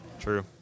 True